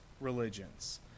religions